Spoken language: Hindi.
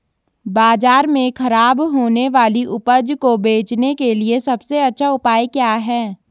बाजार में खराब होने वाली उपज को बेचने के लिए सबसे अच्छा उपाय क्या हैं?